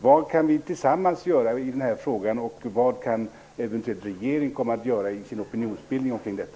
Vad kan vi tillsammans göra i den här frågan, och vad kan eventuellt regeringen göra när det gäller opinionsbildning kring detta?